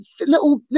little